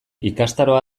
ikastaroa